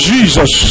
Jesus